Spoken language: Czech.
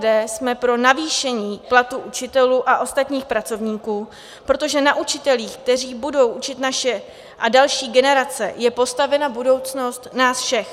My v SPD jsme pro navýšení platů učitelů a ostatních pracovníků, protože na učitelích, kteří budou učit naše a další generace, je postavena budoucnost nás všech.